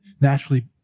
naturally